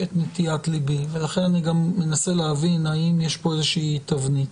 ליבי ולכן אני גם מנסה להבין האם יש פה איזו שהיא תבנית: